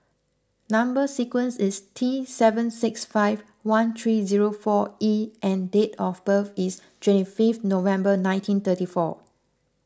Number Sequence is T seven six five one three zero four E and date of birth is twenty fifth November nineteen thirty four